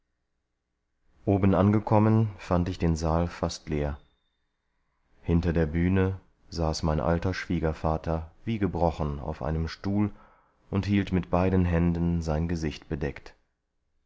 oben angekommen fand ich den saal fast leer hinter der bühne saß mein alter schwiegervater wie gebrochen auf einem stuhl und hielt mit beiden händen sein gesicht bedeckt